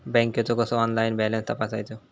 बँकेचो कसो online balance तपासायचो?